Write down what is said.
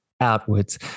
outwards